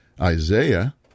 Isaiah